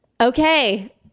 Okay